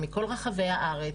מכל רחבי הארץ,